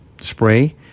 spray